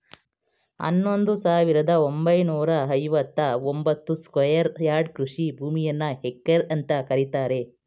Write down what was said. ಹನ್ನೊಂದು ಸಾವಿರದ ಒಂಬೈನೂರ ಐವತ್ತ ಒಂಬತ್ತು ಸ್ಕ್ವೇರ್ ಯಾರ್ಡ್ ಕೃಷಿ ಭೂಮಿಯನ್ನು ಹೆಕ್ಟೇರ್ ಅಂತ ಕರೀತಾರೆ